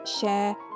share